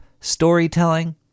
storytelling